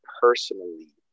personally